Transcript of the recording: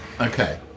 Okay